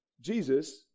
Jesus